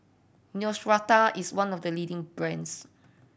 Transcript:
Neostrata is one of the leading brands